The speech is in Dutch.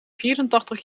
vierentachtig